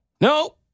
No